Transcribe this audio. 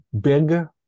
big